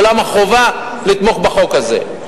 ולמה חובה לתמוך בחוק הזה.